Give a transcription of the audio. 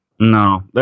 No